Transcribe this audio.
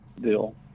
bill